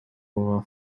our